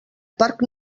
parc